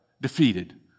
defeated